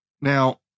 Now